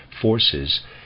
forces